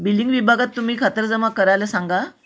billing विभागात तुम्ही खातरजमा करायला सांगा